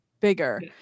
Bigger